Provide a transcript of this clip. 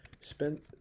spent